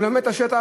לומד את השטח,